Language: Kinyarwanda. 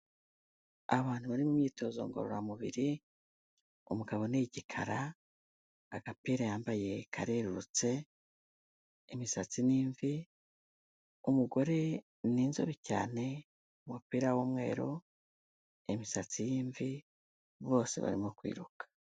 Abantu bari mu myitozo ngororamubiri umugabo ni igikara, agapira yambaye karererutse, imisatsi ni imvi umugore ni inzobe cyane, umupira w'umweru, imisatsi y'imvi bose barimo kwiruka.